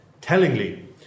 Tellingly